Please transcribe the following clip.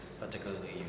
particularly